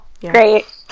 Great